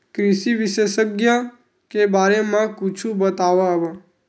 कृषि विशेषज्ञ के बारे मा कुछु बतावव?